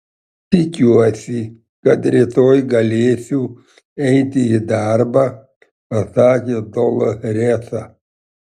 tikiuosi kad rytoj galėsiu eiti į darbą pasakė doloresa